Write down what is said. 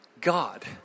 God